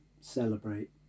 celebrate